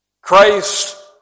Christ